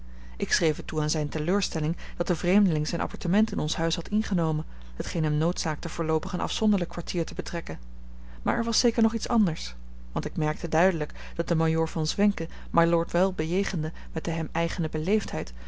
ik schreef het toe aan zijne teleurstelling dat de vreemdeling zijn appartement in ons huis had ingenomen hetgeen hem noodzaakte voorloopig een afzonderlijk kwartier te betrekken maar er was zeker nog iets anders want ik merkte duidelijk dat de majoor von zwenken mylord wel bejegende met de hem